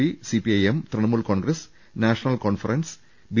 P CPIM Trinamool Congress National Conference B